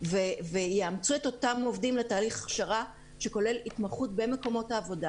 ויאמצו את אותם עובדים לתהליך הכשרה שכולל התמחות במקומות העבודה.